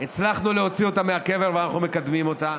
הצלחנו להוציא אותה מהקבר ואנחנו מקדמים אותה,